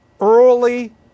Early